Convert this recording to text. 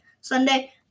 Sunday